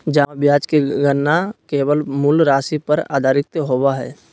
जमा ब्याज के गणना केवल मूल राशि पर आधारित होबो हइ